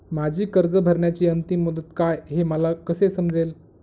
माझी कर्ज भरण्याची अंतिम मुदत काय, हे मला कसे समजेल?